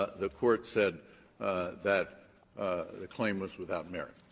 ah the court said that the claim was without merit.